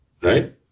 right